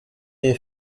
iyi